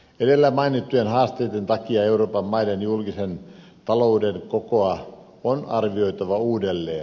edellä mainittujen haasteiden takia euroopan maiden julkisen talouden kokoa on arvioitava uudelleen